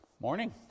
Morning